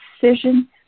decision